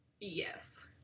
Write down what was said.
Yes